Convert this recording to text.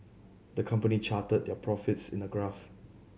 the company charted their profits in a graph